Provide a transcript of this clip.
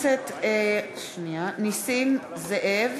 הכנסת) דוד אזולאי, נגד אריה דרעי, נגד נסים זאב,